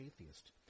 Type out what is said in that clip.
atheist